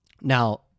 Now